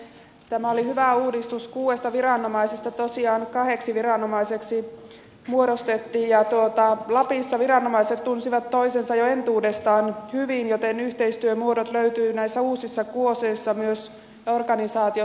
tämä oli hyvä uudistus kuudesta viranomaisesta tosiaan kaksi viranomaista muodostettiin ja lapissa viranomaiset tunsivat toisensa jo entuudestaan hyvin joten yhteistyömuodot löytyivät näissä uusissa kuoseissa hyvin myös organisaatiossa